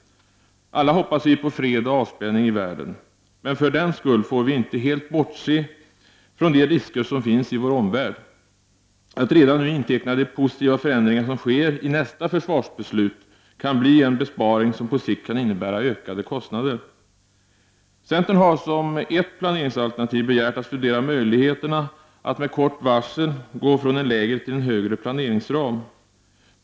Alla hoppas på fred och avspänning i världen. Men för den skull får vi inte helt bortse från de risker som finns i vår omvärld. Att redan nu i nästa försvarsbeslut inteckna de positiva förändringar som sker kan bli en besparing som på sikt kan innebära ökade kostnader. Centern har som ett planeringsalternativ begärt en studie av möjligheterna att med kort varsel gå från en lägre till en högre planeringsram.